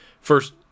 first